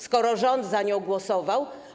Skoro rząd za nią głosował.